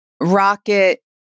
Rocket